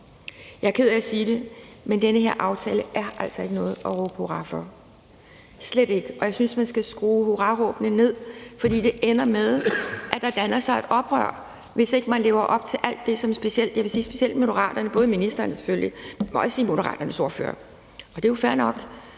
Jeg er ked af at sige det, men den her aftale er altså ikke noget at råbe hurra for – slet ikke. Jeg synes, at man skal skrue hurraråbene ned, for det ender med, at der danner sig et oprør, hvis ikke man lever op til alt det, som selvfølgelig ministeren, men specielt Moderaternes ordfører siger. Og det er jo fair nok,